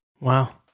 Wow